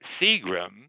Seagram